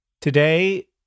Today